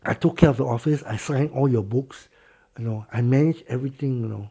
I took care of your office I sign all your books you know I manage everything you know